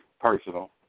personal